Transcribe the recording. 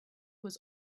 was